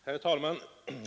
Herr talman!